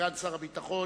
סגן שר הביטחון,